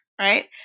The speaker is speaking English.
right